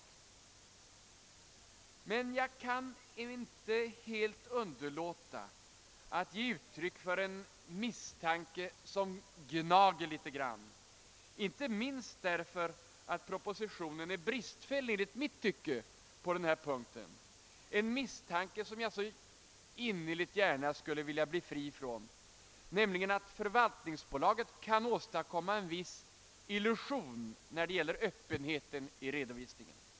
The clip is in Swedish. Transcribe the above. Men jag kan inte underlåta att ge uttryck för en misstanke som gnager litet, inte minst därför att propositionen är bristfällig på den här punkten enligt mitt tycke. Det är en misstanke som jag innerligt gärna skulle vilja bli fri från, nämligen den att förvaltningsbolaget kan åstadkomma en viss illusion när det gäller öppenheten i redovisningen.